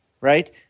right